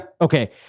Okay